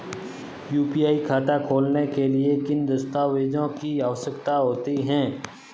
UPI खाता खोलने के लिए किन दस्तावेज़ों की आवश्यकता होती है?